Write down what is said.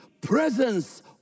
presence